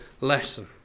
lesson